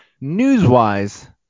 news-wise